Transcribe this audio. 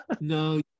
No